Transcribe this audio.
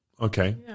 okay